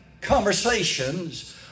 conversations